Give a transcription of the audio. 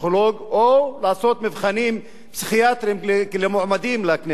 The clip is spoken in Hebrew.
פסיכולוג או לעשות מבחנים פסיכיאטריים למועמדים לכנסת.